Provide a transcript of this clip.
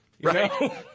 Right